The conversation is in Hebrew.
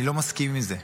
אני לא מסכים עם זה.